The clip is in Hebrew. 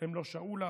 הם לא שעו לה,